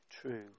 true